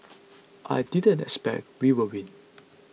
I didn't expect we would win